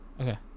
Okay